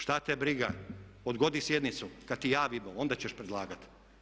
Šta te briga, odgodi sjednicu kada ti javimo, onda ćeš predlagati.